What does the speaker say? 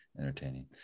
entertaining